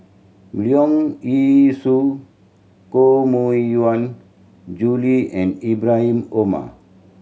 Leong Yee Soo Koh Mui Hiang Julie and Ibrahim Omar